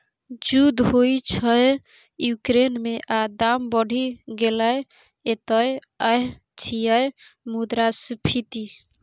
युद्ध होइ छै युक्रेन मे आ दाम बढ़ि गेलै एतय यैह छियै मुद्रास्फीति